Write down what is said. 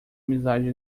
amizade